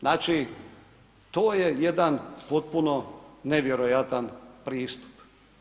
Znači to je jedan potpuno nevjerojatan pristup.